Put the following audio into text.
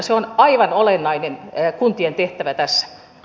se on aivan olennainen kuntien tehtävä tässä